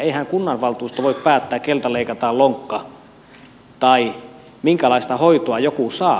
eihän kunnanvaltuusto voi päättää keneltä leikataan lonkka tai minkälaista hoitoa joku saa